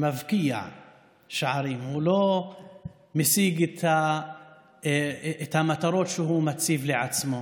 מבקיע שערים, הוא משיג את המטרות שהוא מציב לעצמו.